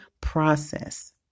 process